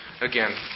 again